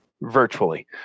virtually